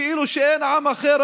כאילו שאין עם אחר,